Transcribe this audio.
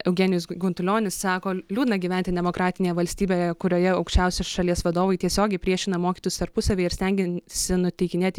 eugenijus gun guntulionis sako liūdna gyventi demokratinėje valstybėje kurioje aukščiausi šalies vadovai tiesiogiai priešina mokytojus tarpusavyje ir stengiasi nuteikinėti